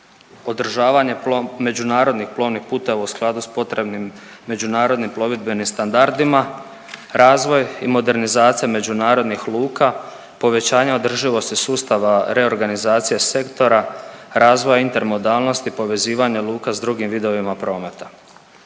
Održavanje međunarodnih plovnih puteva u skladu sa potrebnim međunarodnim plovidbenim standardima, razvoj i modernizacija međunarodnih luka, povećanje održivosti sustava reorganizacije sektora, razvoja intermodalnosti, povezivanje luka sa drugim vidovima prometa.